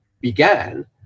began